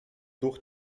durch